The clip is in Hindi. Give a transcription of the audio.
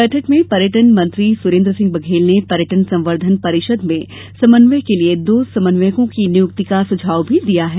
बैठक में पर्यटन मंत्री सुरेन्द्र सिंह बघेल ने पर्यटन संबर्द्वन परिषद में समन्वय के लिए दो समन्वयकों की नियुक्ति का सुझाव भी दिया है